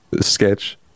sketch